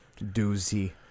doozy